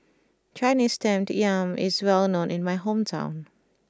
Chinese Steamed Yam is well known in my hometown